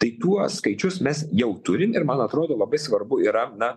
tai tuos skaičius mes jau turim ir man atrodo labai svarbu yra na